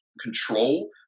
control